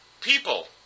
People